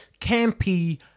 campy